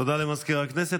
תודה למזכיר הכנסת.